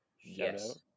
yes